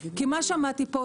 כי מה שמעתי פה?